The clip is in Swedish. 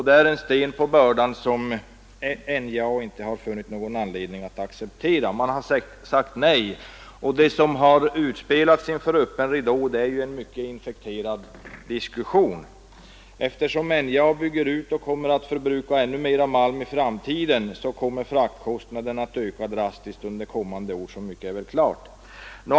Det är en sten på bördan, och NJA har inte funnit anledning att acceptera dessa priser. Man har sagt nej. Inför öppen ridå har en mycket infekterad diskussion förts. Eftersom NJA bygger ut och kommer att förbruka ännu mera malm i framtiden kommer fraktkostnaden att öka drastiskt under kommande år, så mycket är väl klart.